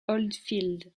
oldfield